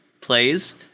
plays